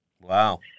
Wow